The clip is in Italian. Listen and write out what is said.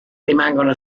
rimangono